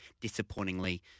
Disappointingly